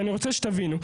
אני רוצה שתבינו,